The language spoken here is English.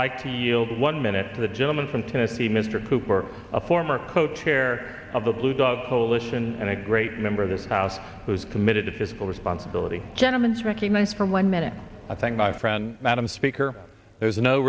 yield one minute to the gentleman from tennessee mr cooper a former co chair of the blue dog coalition and a great member of the spouse who's committed to fiscal responsibility gentlemens recognize from one minute i thank my friend madam speaker there's no